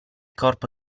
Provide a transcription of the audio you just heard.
corpo